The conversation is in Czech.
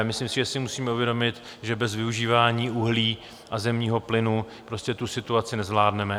Myslím si, že si musíme uvědomit, že bez využívání uhlí a zemního plynu prostě tu situaci nezvládneme.